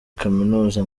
kaminuza